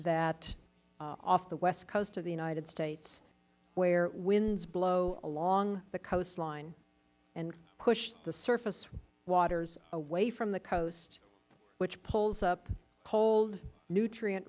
that off the west coast of the united states where winds blow along the coastline and push the surface waters away from the coast which pulls up cold nutrient